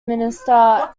minister